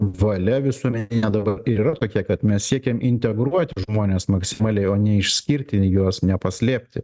valia visuomeninė dabar ir yra tokia kad mes siekiam integruoti žmones maksimaliai o ne išskirti juos ne paslėpti